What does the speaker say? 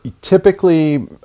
typically